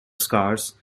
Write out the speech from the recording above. scars